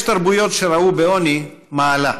יש תרבויות שראו בעוני מעלה.